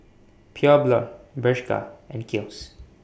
Pure Blonde Bershka and Kiehl's